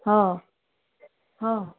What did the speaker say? ହଁ ହଁ